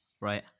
Right